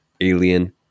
Alien